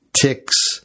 ticks